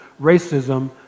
racism